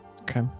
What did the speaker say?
Okay